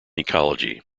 ecology